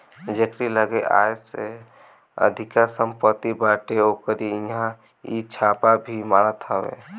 जेकरी लगे आय से अधिका सम्पत्ति बाटे ओकरी इहां इ छापा भी मारत हवे